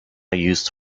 used